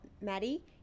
Maddie